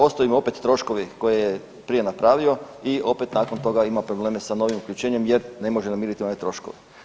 Ostaju mu opet troškovi koje je prije napravio i opet nakon toga ima probleme sa novim uključenjem jer ne može namiriti one troškove.